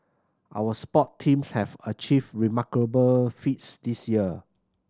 our sport teams have achieved remarkable feats this year